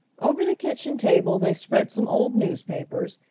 over the kitchen table they spread some old newspapers,